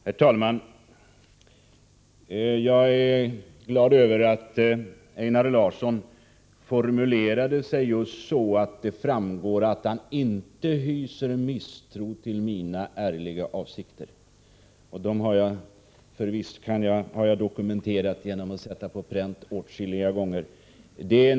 Herr talman! Jag är glad över att Einar Larsson formulerade sig så att det framgår att han inte hyser misstro till mina ärliga avsikter. Dessa har jag dokumenterat, bl.a. genom att sätta dem på pränt åtskilliga gånger.